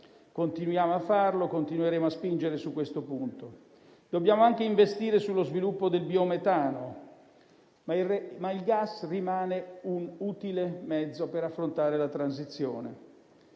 continuiamo a farlo e continueremo a spingere su questo punto. Dobbiamo anche investire sullo sviluppo del biometano, ma il gas rimane un utile mezzo per affrontare la transizione.